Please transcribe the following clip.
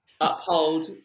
uphold